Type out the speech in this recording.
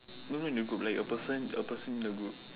no no in a group like a person a person in the group